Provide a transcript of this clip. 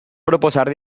proposar